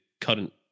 current